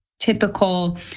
Typical